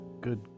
good